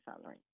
salary